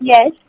Yes